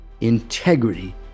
integrity